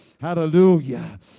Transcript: hallelujah